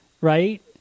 right